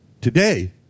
today